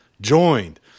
joined